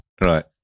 Right